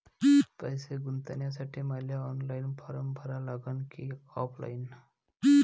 पैसे गुंतन्यासाठी मले ऑनलाईन फारम भरा लागन की ऑफलाईन?